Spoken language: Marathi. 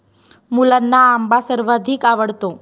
मुलांना आंबा सर्वाधिक आवडतो